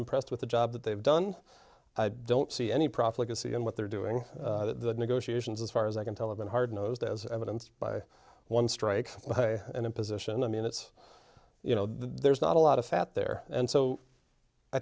impressed with the job that they've done i don't see any prophecy in what they're doing the negotiations as far as i can tell have been hard nosed as evidenced by one strike by an imposition i mean it's you know there's not a lot of fat there and so i